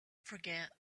forget